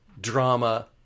drama